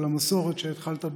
אני מברך אותך על המסורת שהתחלת בה.